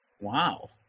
wow